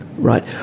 Right